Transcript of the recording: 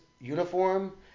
uniform